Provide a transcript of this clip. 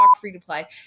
free-to-play